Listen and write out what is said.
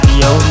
yo